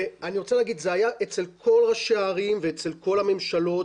זה היה אצל כל ראשי הערים ואצל כל הממשלות,